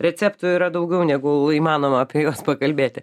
receptų yra daugiau negu įmanoma apie juos pakalbėti